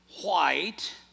white